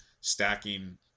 stacking